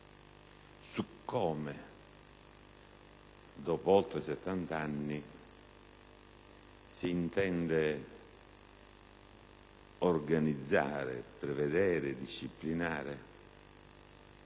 su come, dopo oltre settant'anni, si intende organizzare, prevedere e disciplinare